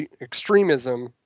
extremism